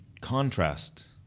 contrast